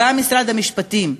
גם משרד המשפטים,